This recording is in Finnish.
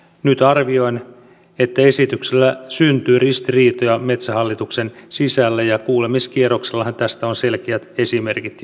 nyt arvioin että esityksellä syntyy ristiriitoja metsähallituksen sisällä ja kuulemiskierroksellahan tästä on selkeät esimerkit jo ollut